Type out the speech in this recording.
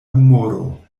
humoro